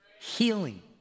Healing